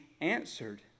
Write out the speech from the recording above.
answered